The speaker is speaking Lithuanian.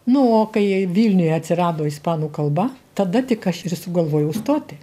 nu o kai vilniuje atsirado ispanų kalba tada tik aš ir sugalvojau stoti